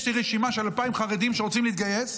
יש לי רשימה של 2,000 חרדים שרוצים להתגייס,